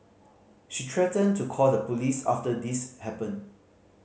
she threatened to call the police after this happened